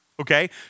Okay